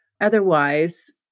Otherwise